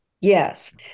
Yes